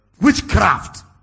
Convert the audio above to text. witchcraft